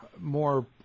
more